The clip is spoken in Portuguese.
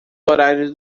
horários